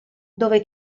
dove